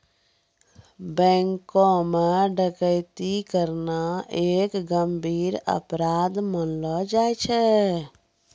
बैंको म डकैती करना एक गंभीर अपराध मानलो जाय छै